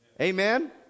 Amen